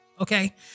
Okay